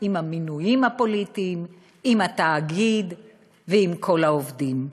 עם המינויים הפוליטיים, עם התאגיד ועם כל העובדים.